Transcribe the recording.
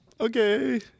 okay